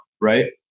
right